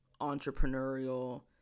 entrepreneurial